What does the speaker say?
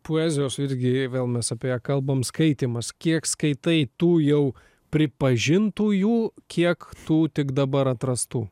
poezijos irgi vėl mes apie ją kalbam skaitymas kiek skaitai tų jau pripažintųjų kiek tų tik dabar atrastų